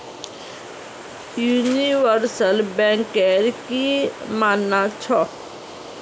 universal बैंकेर की मानना छ